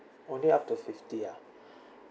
only up to fifty ah